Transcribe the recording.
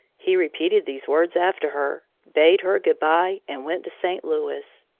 he repeated these words after her, bade her good-by, and went to st. louis.